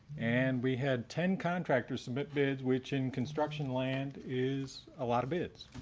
and we had ten. contractors submit bids, which in construction land is a lot of bids.